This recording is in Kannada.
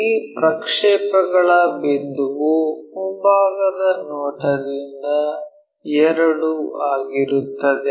ಈ ಪ್ರಕ್ಷೇಪಗಳ ಬಿಂದುವು ಮುಂಭಾಗದ ನೋಟದಿಂದ 2 ಆಗಿರುತ್ತದೆ